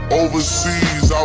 overseas